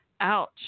ouch